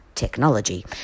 Technology